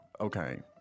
okay